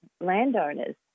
landowners